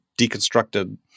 deconstructed